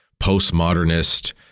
postmodernist